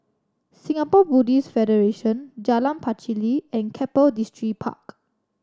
Singapore Buddhist Federation Jalan Pacheli and Keppel Distripark